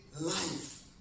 life